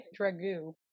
Dragoo